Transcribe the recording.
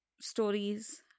stories